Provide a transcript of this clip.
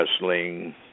Wrestling